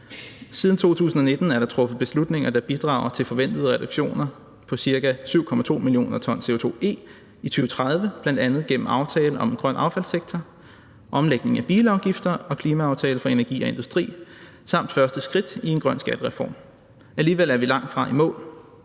Siden 2019 er der truffet beslutninger, der bidrager til forventede reduktioner på ca. 7,2 mio. ton CO2-e i 2030, bl.a. gennem aftale om en grøn affaldssektor, omlægning af bilafgifter og klimaaftale for energi og industri samt første skridt i en grøn skattereform. Alligevel er vi langtfra i mål.